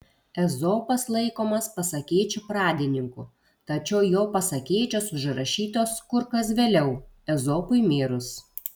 ezopas laikomas pasakėčių pradininku tačiau jo pasakėčios užrašytos kur kas vėliau ezopui mirus